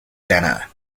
granada